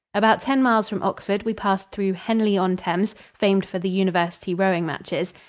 about ten miles from oxford we passed through henley-on-thames, famed for the university rowing-matches.